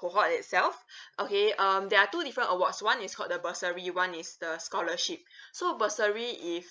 cohort itself okay um there are two different awards one is called the bursary one is the scholarship so bursary is